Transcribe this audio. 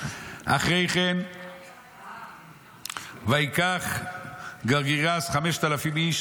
אחרי כן "וייקח גרגיאס חמשת אלפים איש